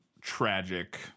tragic